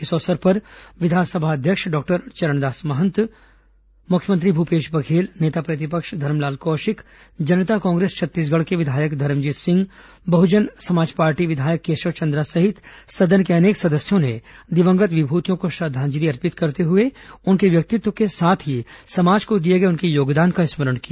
इस अवसर पर विधानसभा अध्यक्ष डॉक्टर चरणदास महंत मुख्यमंत्री भूपेश बघेल नेता प्रतिपक्ष धरमलाल कौशिक जनता कांग्रेस छत्तीसगढ़ के विधायक धर्मजीत सिंह बहुजन समाज पार्टी के विधायक केशव चन्द्रा सहित सदन के अनेक सदस्यों ने दिवंगत विभूतियों को श्रद्वांजलि अर्पित करते हुए उनके व्यक्तित्व के साथ ही समाज को दिए गए उनके योगदान का स्मरण किया